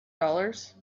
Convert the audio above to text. dollars